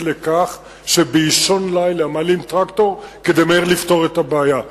אחת אני עד לכך שבאישון לילה מעלים טרקטור כדי לפתור את הבעיה מהר.